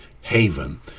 haven